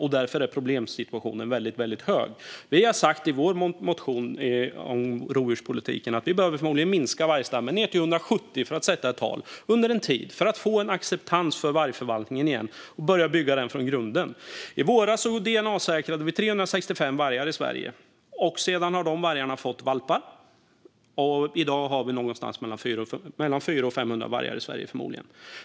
Därför är problemsituationen omfattande. I vår motion om rovdjurspolitiken har vi sagt att vargstammen under en tid förmodligen behöver minskas ned till 170, för att sätta ett tal. Det behövs för att återfå en acceptans för vargförvaltningen och börja bygga den från grunden. I våras dna-säkrades 365 vargar i Sverige. Sedan har de vargarna fått valpar. I dag har vi förmodligen mellan 400 och 500 vargar i Sverige.